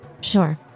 Sure